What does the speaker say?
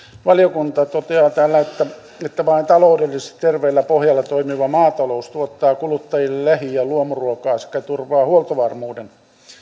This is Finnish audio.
valiokunta toteaa täällä että vain taloudellisesti terveellä pohjalla toimiva maatalous tuottaa kuluttajille lähi ja luomuruokaa sekä turvaa huoltovarmuuden